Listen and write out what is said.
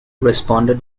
responded